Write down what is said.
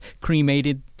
cremated